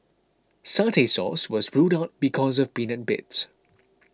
satay sauce was ruled out because of peanut bits